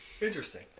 Interesting